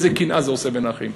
איזו קנאה זה עושה בין האחים?